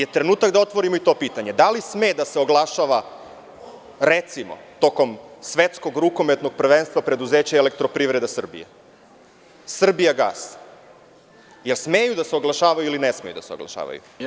Trenutak je da otvorimo i to pitanje - da li sme da se oglašava, recimo tokom Svetskog rukometnog prvenstva preduzeće „Elektroprivreda Srbije“, „Srbijagas“, da li smeju da se oglašavaju ili ne smeju da se oglašavaju?